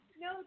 no